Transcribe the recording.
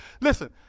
Listen